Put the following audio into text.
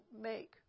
make